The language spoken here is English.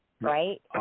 right